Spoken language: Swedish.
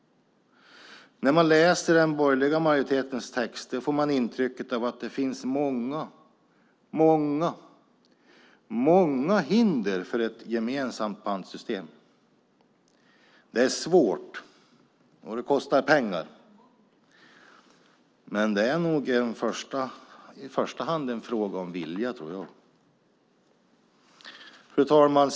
När man läser den borgerliga majoritetens texter får man intryck av att det finns många, många hinder för ett gemensamt pantsystem. Det är svårt, och det kostar pengar. Men det är nog i första hand en fråga om vilja, tror jag. Fru talman!